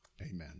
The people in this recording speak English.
Amen